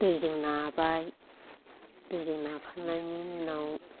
दैजों नाबाय दैजों नाखांनायनि उनाव